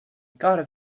gotta